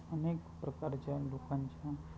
अनेक प्रकारच्या लोकांच्या